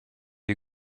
you